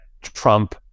Trump